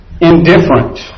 indifferent